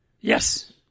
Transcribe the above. Yes